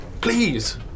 Please